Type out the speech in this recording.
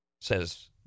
says